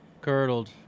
Curdled